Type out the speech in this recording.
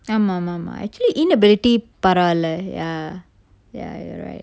ஆமாமாமா:aamamama actually inability பரவால:paravala ya ya you right